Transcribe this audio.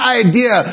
idea